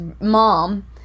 mom